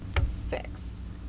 six